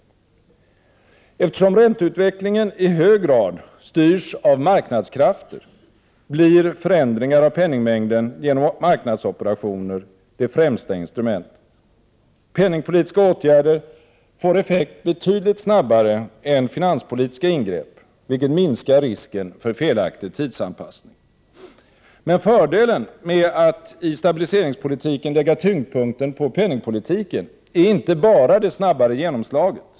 Eftersom ränteutvecklingen i hög grad styrs av marknadskrafter, blir förändringar av penningmängden genom marknads operationer det främsta instrumentet. Penningpolitiska åtgärder får effekt betydligt snabbare än finanspolitiska ingrepp, vilket minskar risken för felaktig tidsanpassning. Men fördelen med att i stabiliseringspolitiken lägga tyngdpunkten på penningpolitiken är inte bara det snabbare genomslaget.